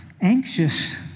anxious